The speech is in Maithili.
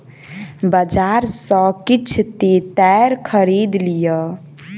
बजार सॅ किछ तेतैर खरीद लिअ